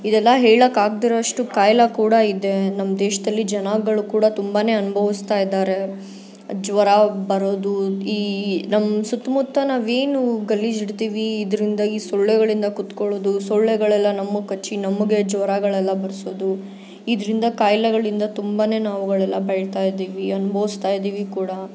ಇದೆಲ್ಲ ಹೇಳೋಕ್ಕಾಗ್ದಿರೋ ಅಷ್ಟು ಖಾಯಿಲೆ ಕೂಡ ಇದೆ ನಮ್ಮ ದೇಶದಲ್ಲಿ ಜನಗಳು ಕೂಡ ತುಂಬಾ ಅನ್ಭೌಸ್ತಾ ಇದ್ದಾರೆ ಜ್ವರ ಬರೋದು ಈ ನಮ್ಮ ಸುತ್ತಮುತ್ತ ನಾವೇನು ಗಲೀಜಿಡ್ತೀವಿ ಇದ್ರಿಂದಾಗಿ ಈ ಸೊಳ್ಳೆಗಳಿಂದ ಕೂತ್ಕೊಳೋದು ಸೊಳ್ಳೆಗಳೆಲ್ಲ ನಮಗ್ ಕಚ್ಚಿ ನಮಗೆ ಜ್ವರಗಳೆಲ್ಲ ಬರಿಸೋದು ಇದರಿಂದ ಖಾಯಿಲೆಗಳಿಂದ ತುಂಬಾ ನಾವುಗಳೆಲ್ಲ ಬಳಲ್ತಾ ಇದ್ದೀವಿ ಅನ್ಭೋಸ್ತಾ ಇದ್ದೀವಿ ಕೂಡ